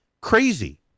crazy